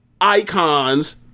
icons